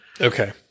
Okay